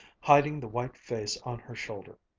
hiding the white face on her shoulder.